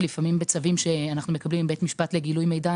שבצווים שאנחנו מקבלים מבית משפט לגילוי מידע,